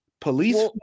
police